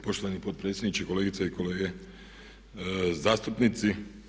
Poštovani potpredsjedniče, kolegice i kolege, zastupnici.